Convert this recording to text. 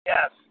Yes